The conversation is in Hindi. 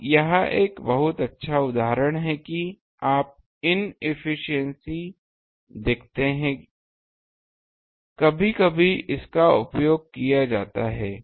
अब यह एक बहुत अच्छा उदाहरण है कि आप इनएफ़्फीसिएन्सी देखते हैं कभी कभी इसका उपयोग किया जाता है